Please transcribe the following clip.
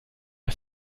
der